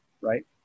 right